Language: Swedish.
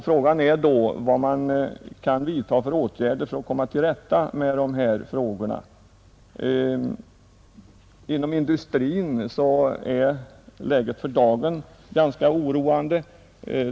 Frågan är då vilka åtgärder man kan vidta för att komma till rätta med förhållandena. Inom industrin är läget för dagen ganska oroande.